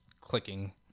clicking